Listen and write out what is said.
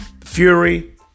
Fury